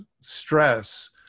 stress